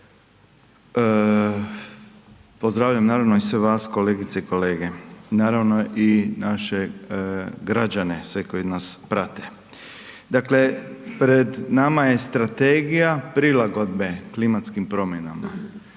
Pozdravljam naravno i sve vas, kolegice i kolege, naravno i naše građane, sve koji nas prate. Dakle, pred nama je Strategija prilagodbe klimatskim promjena.